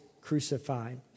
crucified